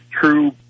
true